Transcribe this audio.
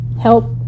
help